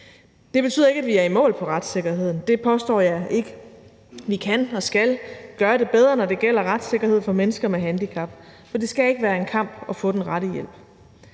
Det betyder ikke, at vi er i mål med hensyn til retssikkerheden – det påstår jeg ikke. Vi kan og skal gøre det bedre, når det gælder retssikkerhed for mennesker med handicap, for det skal ikke være en kamp at få den rette hjælp.